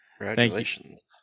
Congratulations